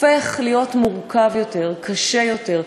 הופך להיות מורכב יותר, קשה יותר.